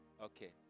Okay